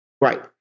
Right